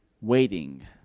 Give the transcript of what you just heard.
Waiting